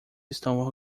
estão